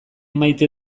maite